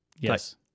Yes